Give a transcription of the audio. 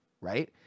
right